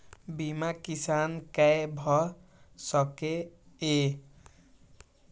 बीमा किसान कै भ सके ये?